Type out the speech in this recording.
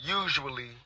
usually